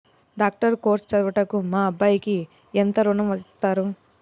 Doctor course చదువుటకు మా అబ్బాయికి ఎంత ఋణం ఇస్తారు?